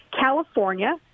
California